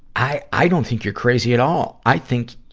i, i don't think you're crazy at all. i think,